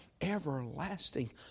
everlasting